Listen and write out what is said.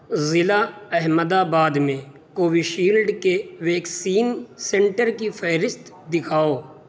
ضلع احمدآباد میں کووشیلڈ کے ویکسین سنٹر کی فہرست دکھاؤ